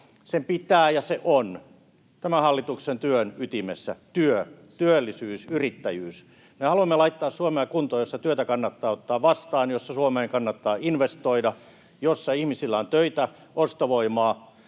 sen pitää olla ja se on tämän hallituksen työn ytimessä. Työ, työllisyys, yrittäjyys. Me haluamme laittaa Suomea sellaiseen kuntoon, jossa työtä kannattaa ottaa vastaan, jossa Suomeen kannattaa investoida ja jossa ihmisillä on töitä ja ostovoimaa,